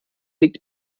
liegt